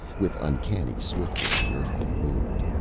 with uncanny swiftness, the earthman moved.